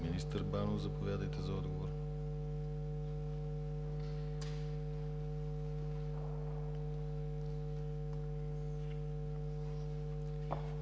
Министър Банов, заповядайте за отговор.